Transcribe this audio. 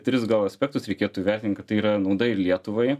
tris gal aspektus reikėtų įvertint kad tai yra nauda ir lietuvai